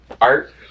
art